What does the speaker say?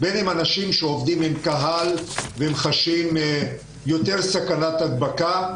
לאנשים שעובדים עם קהל וחשים יותר סכנת הדבקה.